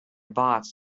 bots